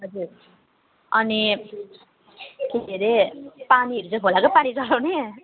हजुर अनि के हरे पानीहरू चाहिँ खोलाको पानी चलाउने